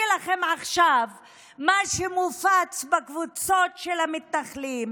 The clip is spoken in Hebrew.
לכם עכשיו מה שמופץ בקבוצות של המתנחלים